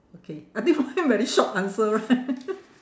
okay I think mine very short answer right